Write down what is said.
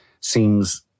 seems